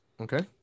Okay